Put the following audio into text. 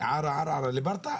מערערה לברטעה.